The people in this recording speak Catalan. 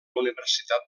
universitat